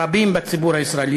רבים בציבור הישראלי,